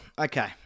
Okay